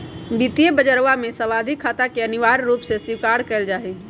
वित्तीय बजरवा में सावधि खाता के अनिवार्य रूप से स्वीकार कइल जाहई